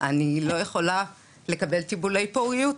אני לא יכולה לקבל טיפולי פוריות.